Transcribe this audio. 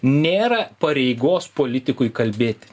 nėra pareigos politikui kalbėti